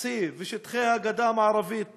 C ושטחי הגדה המערבית